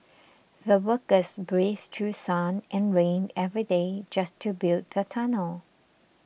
the workers braved through sun and rain every day just to build the tunnel